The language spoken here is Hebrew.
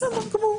בסדר גמור,